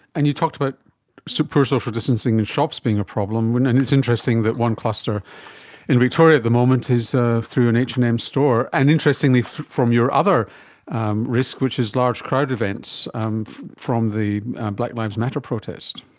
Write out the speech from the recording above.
and you talked about so poor social distancing in shops being a problem, and it's interesting that one cluster in victoria at the moment is ah through an h and m store. and interestingly from your other risk which is large crowd events from the black lives matter protest.